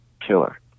killer